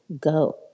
go